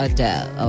Adele